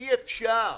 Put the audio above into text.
אי אפשר.